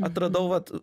atradau vat